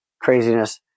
craziness